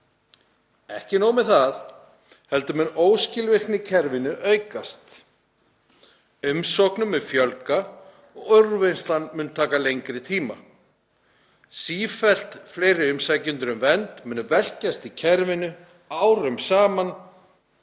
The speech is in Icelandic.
Ekki nóg með það, heldur mun óskilvirkni í kerfinu aukast, umsóknum fjölga, úrvinnslan taka lengri tíma og sífellt fleiri umsækjendur um vernd munu velkjast í kerfinu árum saman.